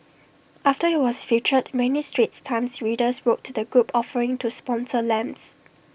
after IT was featured many straits times readers wrote to the group offering to sponsor lamps